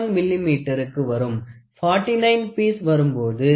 01 மில்லிமீட்டருக்கு வரும் 49 பீஸ் வரம்பு போகும்போது அது 0